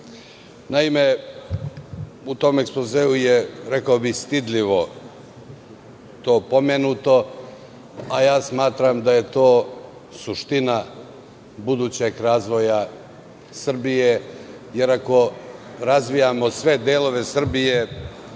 Naime, u tom ekspozeu je, rekao bih stidljivo, to pomenuto, a ja smatram da je to suština budućeg razvoja Srbije jer ako razvijamo sve delove Srbije